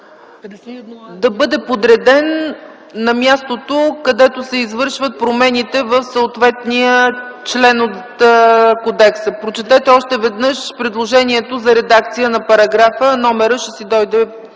Да бъде подреден на мястото, където се извършват промените в съответния член от кодекса. Прочетете още веднъж предложението за редакция на параграфа, а номерът ще си дойде.